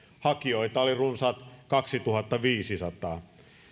hakijoita oli runsaat kaksituhattaviisisataa